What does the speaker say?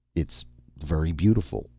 it's very beautiful,